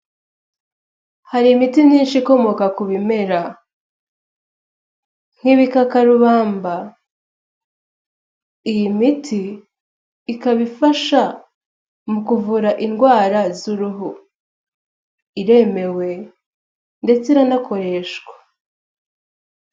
Hari imiti myinshi ikomoka ku bimera nk'ibikakarubamba. Iyi miti ikaba ifasha mu kuvura indwara z'uruhu iremewe ndetse iranakoreshwa.